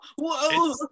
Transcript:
whoa